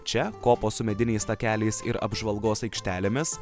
čia kopos su mediniais takeliais ir apžvalgos aikštelėmis